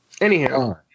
Anyhow